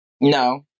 No